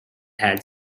had